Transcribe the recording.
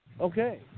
Okay